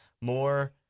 more